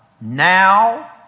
Now